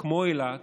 כמו אילת,